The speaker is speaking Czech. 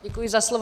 Děkuji za slovo.